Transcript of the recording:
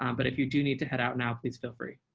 um but if you do need to head out now. please feel free